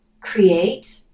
create